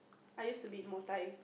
I used to be in Muay-Thai